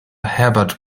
herbert